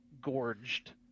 gorged